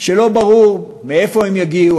שלא ברור מאיפה הם יגיעו,